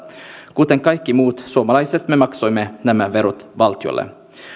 kuten kaikki muut suomalaiset me maksoimme nämä verot valtiolle